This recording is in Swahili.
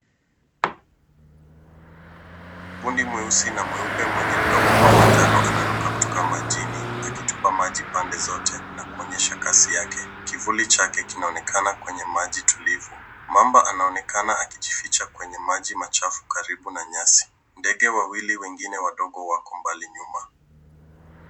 Bundi mweusi na mweupe mwenye mdomo wa manajano anaruka kutoka majini akitupa maji pande zote na kuonyesha kasi yake. Kivuli chake kinaonekana kwenye maji tulivu. Mamba anaonekana akijificha kwenye maji machafu karibu na nyasi. Ndege wawili wengine wadogo wako mbali nyuma.